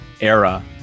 era